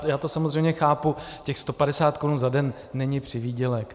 Já to samozřejmě chápu, těch 150 korun za den není přivýdělek.